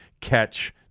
catch